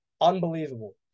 Unbelievable